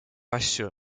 asju